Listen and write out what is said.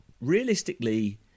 realistically